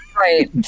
Right